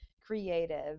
creative